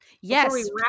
Yes